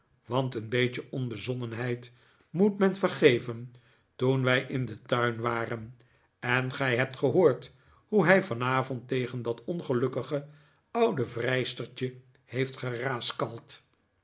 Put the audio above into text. want een beetje onbezonnenheid moet men vergeven toen wij in den tuin waren en gij hebt gehoord hoe hij vanavond tegen dat ongelukkige oude vrijstertje heeft geraaskald